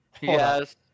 Yes